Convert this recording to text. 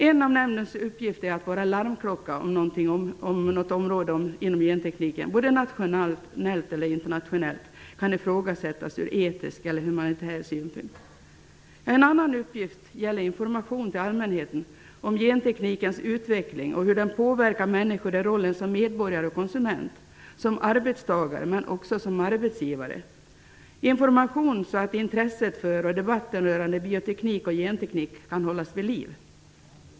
En av nämndens uppgifter är att vara larmklocka om något område inom gentekniken, nationellt eller internationellt, kan ifrågasättas ur etisk eller humanitär synpunkt. En annan uppgift gäller information till allmänheten om genteknikens utveckling och hur den påverkar människor i rollen som medborgare och konsument, som arbetstagare men också som arbetsgivare. Sådan information behövs för att intresset för och debatten rörande bioteknik och genteknik skall hållas vid liv.